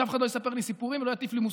שאף אחד לא יספר לי סיפורים ולא יטיף לי מוסר.